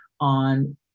on